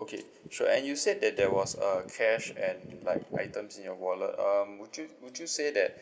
okay sure and you said that there was a cash and like items in your wallet um would you would you say that